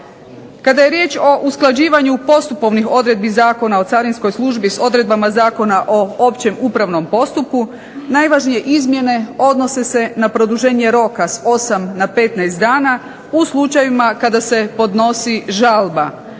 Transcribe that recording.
Kada je riječ o usklađivanju postupovnih odredbi Zakona o carinskoj službi sa odredbama Zakona o općem upravnom postupku najvažnije izmjene odnose se na produženje roka sa 8 na 15 dana u slučajevima kada se podnosi žalba